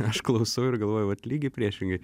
aš klausau ir galvoju vat lygiai priešingai